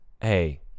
hey